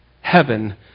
heaven